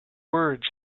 words